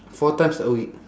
four times a week